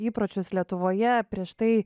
įpročius lietuvoje prieš tai